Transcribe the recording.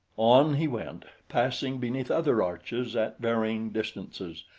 on he went, passing beneath other arches at varying distances,